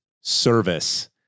service